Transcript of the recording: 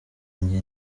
njye